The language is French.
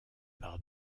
par